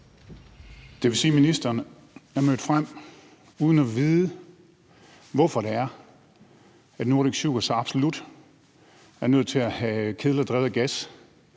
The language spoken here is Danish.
Det vil sige, at ministeren er mødt frem uden at vide, hvorfor Nordic Sugar så absolut er nødt til at have kedler drevet af gas.